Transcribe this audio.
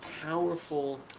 powerful